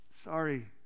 Sorry